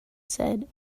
said